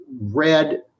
read